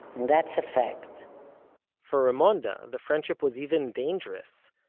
that's a fact for raymonda, and the friendship was even dangerous,